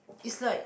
is like